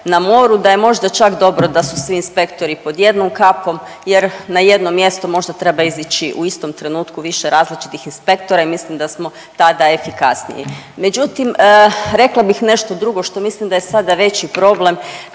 da je možda čak dobro da su svi inspektori pod jednom kapom jer na jednom mjestu možda treba izići u istom trenutku više različitih inspektora i mislim da smo tada efikasniji. Međutim, rekla bih nešto drugo što mislim da je sada veći problem,